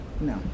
No